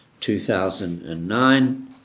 2009